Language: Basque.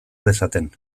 dezaten